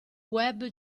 web